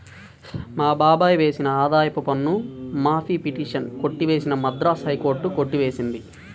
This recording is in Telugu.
మా బాబాయ్ వేసిన ఆదాయపు పన్ను మాఫీ పిటిషన్ కొట్టివేసిన మద్రాస్ హైకోర్టు కొట్టి వేసింది